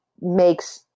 makes